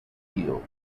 healed